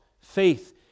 faith